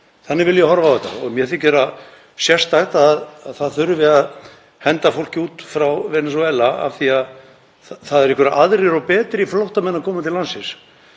Þannig vil ég horfa á þetta. Mér þykir það sérstakt að það þurfi að henda fólki frá Venesúela út af því að það eru einhverjir aðrir og betri flóttamenn koma til landsins.